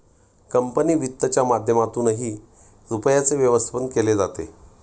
company वित्तच्या माध्यमातूनही रुपयाचे व्यवस्थापन केले जाते